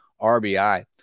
RBI